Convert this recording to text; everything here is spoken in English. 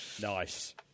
Nice